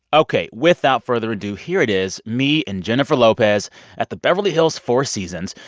ok, without further ado, here it is me and jennifer lopez at the beverly hills four seasons,